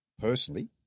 personally